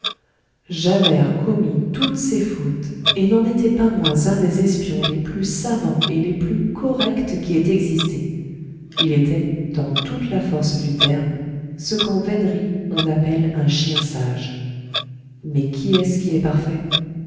javert commit toutes ces fautes et n'en était pas moins un des espions les plus savants et les plus corrects qui aient existé il était dans toute la force du terme ce qu'en vénerie on appelle un chien sage mais qui est-ce qui est parfait